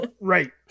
Right